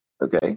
Okay